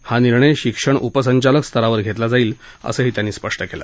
हा निर्णय शिक्षण उपसंचालक स्तरावर घेतला जाईल असं त्यांनी स्पष्ट केलं